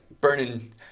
burning